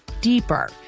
deeper